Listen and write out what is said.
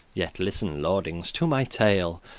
yet listen, lordings, to my tale,